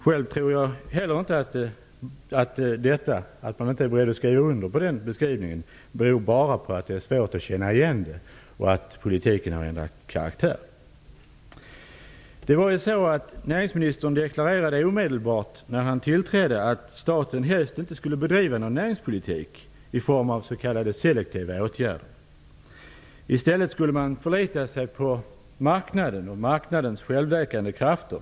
Själv tror jag inte heller att detta att man inte är beredd att skriva under på den beskrivningen beror bara på att det är svårt att känna igen den och på att politiken har ändrat karaktär. När näringsministern tillträdde deklarerade han omedelbart att staten helst inte skulle bedriva någon näringspolitik i form av s.k. selektiva åtgärder. I stället skulle man förlita sig på marknaden och marknadens självläkande krafter.